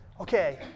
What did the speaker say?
Okay